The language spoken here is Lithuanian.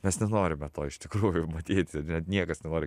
mes nenorime to iš tikrųjų matyti niekas nenori